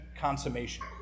consummation